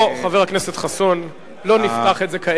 חבר הכנסת חסון, לא נפתח את זה כעת.